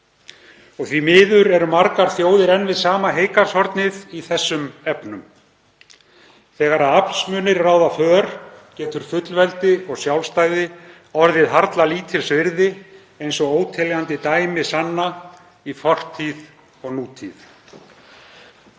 Því miður eru margar þjóðir enn við sama heygarðshornið í þessum efnum. Þegar aflsmunir ráða för getur fullveldi og sjálfstæði orðið harla lítils virði, eins og óteljandi dæmi sanna í fortíð og nútíð.